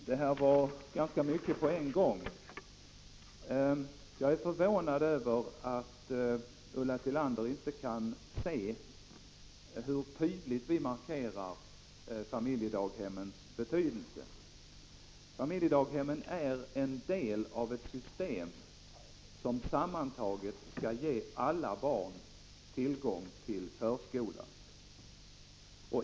Herr talman! Det här var ganska mycket på en gång. Jag är förvånad över att Ulla Tillander inte kan se hur tydligt vi markerar familjedaghemmens betydelse. Familjedaghemmen är en del av ett system som sammantaget skall ge alla barn tillgång till förskola.